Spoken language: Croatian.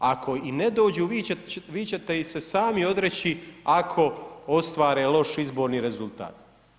Ako i ne dođu vi ćete ih se sami odreći ako ostvare loš izborni rezultat.